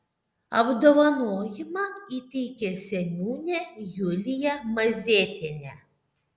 apdovanojimą įteikė seniūnė julija mazėtienė